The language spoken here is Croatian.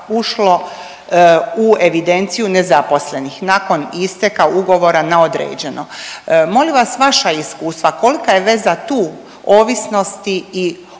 ušlo u evidenciju nezaposlenih nakon isteka ugovora na određeno. Molim vas vaša iskustva kolika je veza tu ovisnosti i ovakvog